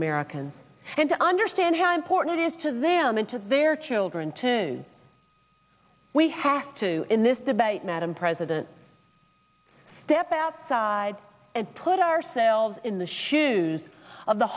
americans and to understand how important is to them and to their children to news we have to in this debate madam president step outside and put ourselves in the shoes of the